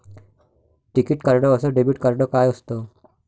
टिकीत कार्ड अस debit card काय असत?